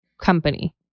Company